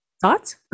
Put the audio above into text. Thoughts